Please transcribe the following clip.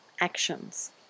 actions